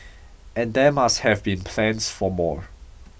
and there must have been plans for more